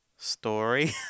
story